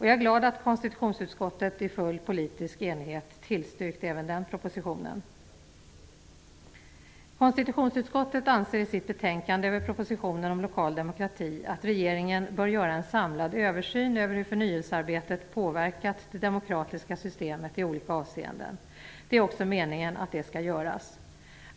Jag är glad att konstitutionsutskottet i full politisk enighet tillstyrkt även den delen av propositionen. Konstitutionsutskottet anser i sitt betänkande över propositionen om lokal demokrati att regeringen bör göra en samlad översyn över hur förnyelsearbetet påverkat det demokratiska systemet i olika avseenden. Det är också meningen att detta skall göras.